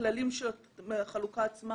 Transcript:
הכללים של החלוקה עצמה